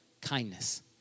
kindness